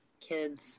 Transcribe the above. kids